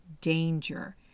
danger